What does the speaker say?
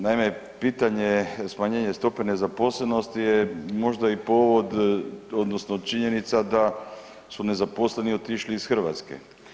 Naime, pitanje je smanjenje stope nezaposlenosti je možda i povod odnosno činjenica da su nezaposleni otišli iz Hrvatske.